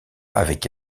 avec